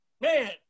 man